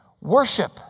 Worship